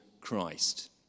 Christ